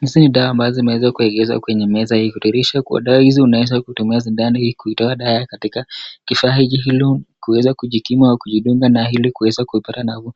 Hizi ni dawa ambazo zimeweza kuwekezwa kwenye meza hii. Kudhihirisha kuwa dawa hizi unaweza kutumia sindano hii kuitoa dawa hili katika kifaa hiki ili kuweza kujikinga au kujidunga nayo ili kuweza kupata nafuu.